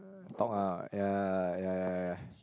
talk ah ya ya ya ya ya